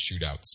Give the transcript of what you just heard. shootouts